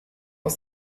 aus